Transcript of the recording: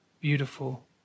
beautiful